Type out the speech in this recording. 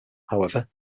however